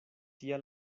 tia